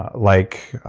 like.